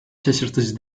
şaşırtıcı